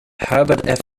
herbert